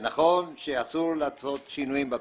נכון שאסור לו לעשות שינויים בפיגום,